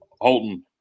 Holton